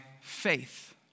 faith